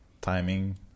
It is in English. timing